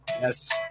Yes